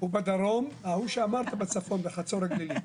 ההוא שאמרת בצפון, בחצור הגלילית.